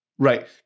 Right